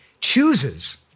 chooses